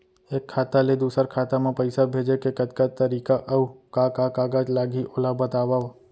एक खाता ले दूसर खाता मा पइसा भेजे के कतका तरीका अऊ का का कागज लागही ओला बतावव?